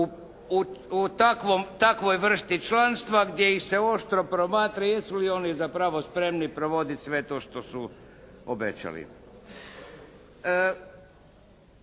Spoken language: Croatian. u takvoj vrsti članstva gdje ih se oštro promatra jesu li oni zapravo spremni provoditi sve to što su obećali?